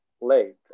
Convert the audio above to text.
late